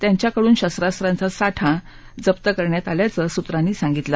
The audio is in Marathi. त्यांच्याकडे शस्त्रास्त्रांचा साठा जप्त करण्यात आल्याचं सूत्रांनी सांगितलं